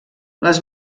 les